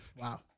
Wow